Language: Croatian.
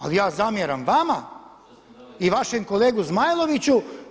Ali ja zamjeram vama i vašem kolegi Zmailoviću.